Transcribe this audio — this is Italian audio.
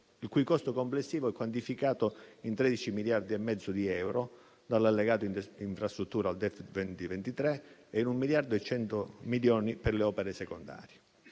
il cui costo complessivo è quantificato in 13 miliardi e mezzo di euro - dall'allegato infrastrutture al DEF 2023 - e in 1,1 miliardi per le opere secondarie.